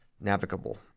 Navigable